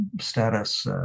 status